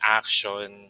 action